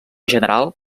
general